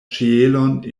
ĉielon